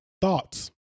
Thoughts